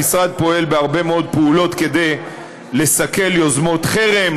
המשרד פועל בהרבה מאוד פעולות כדי לסכל יוזמות חרם,